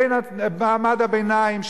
בין מעמד הביניים,